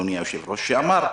וכמו שמיקי אמרה,